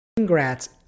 congrats